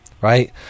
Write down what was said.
Right